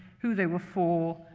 who they were for,